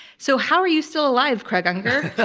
so how are you still alive, craig unger? ah